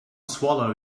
swallow